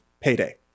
payday